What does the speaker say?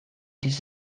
this